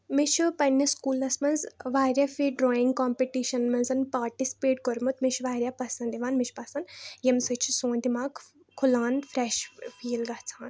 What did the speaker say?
مےٚ چھُ پنٛنِس سکوٗلَس منٛز واریاہ پھِرِ ڈرٛایِنٛگ کامپِٹِشَن منٛزَن پاٹِسِپیٹ کوٚرمُت مےٚ چھُ واریاہ پَسنٛد یِوان مےٚ چھُ پَسَنٛد ییٚمہِ سۭتۍ چھُ سون دِماغ کھُلان فرٛٮ۪ش فیٖل گژھان